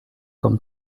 comme